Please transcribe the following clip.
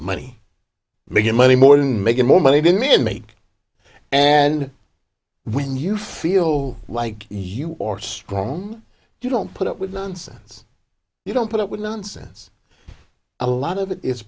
money making money more than making more money than men make and when you feel like you are strong you don't put up with nonsense you don't put up with nonsense a lot of it is